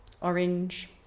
orange